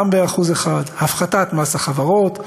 המע"מ ב-1%; הפחתת מס החברות,